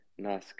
Nice